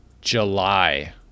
July